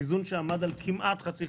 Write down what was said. איזון שעמד כמעט על חצי-חצי.